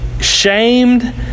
shamed